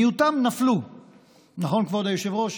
מיעוטן נפלו, נכון, כבוד היושב-ראש?